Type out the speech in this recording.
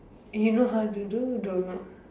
you know how to do don't know